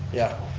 yeah,